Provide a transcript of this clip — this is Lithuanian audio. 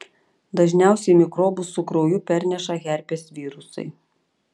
dažniausiai mikrobus su krauju perneša herpes virusai